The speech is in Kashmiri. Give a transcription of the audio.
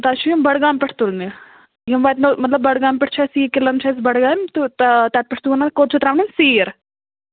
تۄہہِ چھِ یِم بڈگام پٮ۪ٹھ تُلنہِ یِم واتنو مطلب بڈگام پٮ۪ٹھ چھِ اَسہِ یہِ کِلم چھِ اَسہِ بڈگامہِ تہٕ تَتہِ پٮ۪ٹھ کوٚت چھِ تراونہِ سیٖر